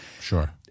sure